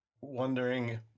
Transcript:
wondering